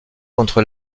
contre